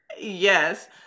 Yes